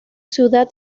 ciudad